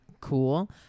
cool